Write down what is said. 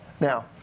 Now